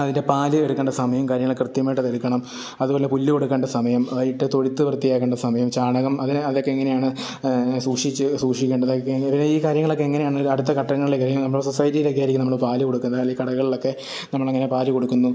അതിന്റെ പാല് എടുക്കേണ്ട സമയം കാര്യങ്ങൾ കൃത്യമായിട്ടത് എടുക്കണം അതുപോലെ പുല്ല് കൊടുക്കേണ്ട സമയം വൈകിയിട്ട് തൊഴുത്ത് വൃത്തിയാക്കേണ്ട സമയം ചാണകം അത് അതൊക്കെ എങ്ങനെയാണ് സൂക്ഷിച്ച് സൂഷിക്കേണ്ടത് പിന്നെ ഈ കാര്യങ്ങളൊക്കെ എങ്ങനെയാണ് അടുത്ത ഘട്ടങ്ങളിലേക്ക് അല്ലെങ്കിൽ നമ്മൾ സൊസൈറ്റിയിലൊക്കെ ആയിരിക്കും നമ്മൾ പാല് കൊടുക്കുന്നത് അല്ലെ കടകളിലൊക്കെ നമ്മളങ്ങനെ പാല് കൊടുക്കുന്നു